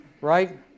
right